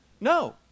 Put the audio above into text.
No